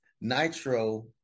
Nitro